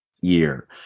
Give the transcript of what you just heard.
year